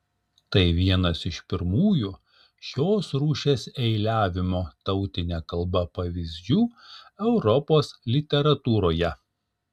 tai vienas iš pirmųjų šios rūšies eiliavimo tautine kalba pavyzdžių europos literatūroje